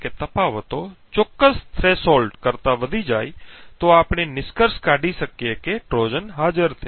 જો આ તફાવતો ચોક્કસ થ્રેશોલ્ડ કરતા વધી જાય તો આપણે નિષ્કર્ષ કાઢી શકીએ કે ટ્રોજન હાજર છે